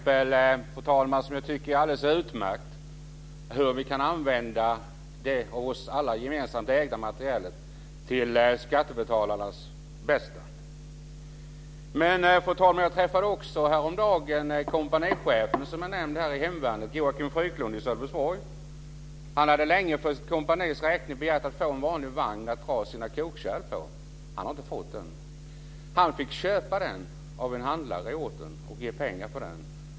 Detta är ett exempel som jag tycker är alldeles utmärkt på hur vi kan använda den av oss alla gemensamt ägda materielen för skattebetalarnas bästa. Fru talman! Jag träffade också häromdagen kompanichefen i hemvärnet, Joakim Fryklund i Sölvesborg, som har nämnts här. Han hade länge för sitt kompanis räkning begärt att få en vanlig vagn att dra sina kokkärl på. Han har inte fått den. Han fick köpa den av en handlare på orten och betala för den.